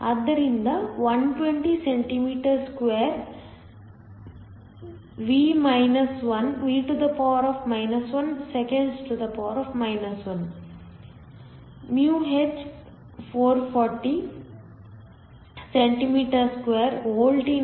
ಆದ್ದರಿಂದ 120 cm2 V 1 s 1 μh 440 cm2 V 1 s 1 ಮತ್ತು Eg 1